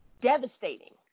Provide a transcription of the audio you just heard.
devastating